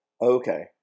Okay